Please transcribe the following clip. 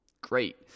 great